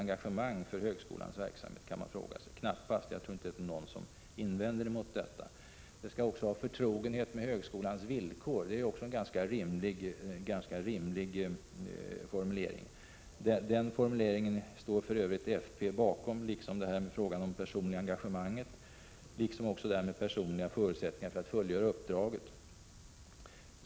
Knappast — jag tror inte någon invänder mot detta. De skall vidare ha förtrogenhet med högskolans villkor — också det en ganska rimlig formulering. Både den formuleringen och den om det personliga engagemanget står för övrigt folkpartiet bakom, liksom den om personliga förutsättningar för att fullgöra uppdraget.